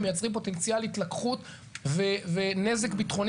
הם מייצרים פוטנציאל התלקחות ונזק ביטחוני